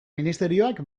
ministerioak